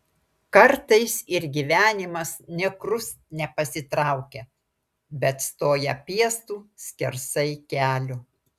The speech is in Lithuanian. kartais ir gyvenimas nė krust nepasitraukia bet stoja piestu skersai kelio